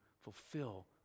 fulfill